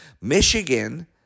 Michigan